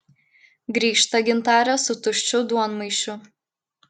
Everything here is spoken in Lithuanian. grįžta gintarė su tuščiu duonmaišiu